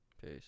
Peace